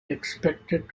expected